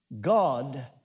God